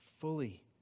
fully